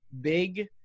big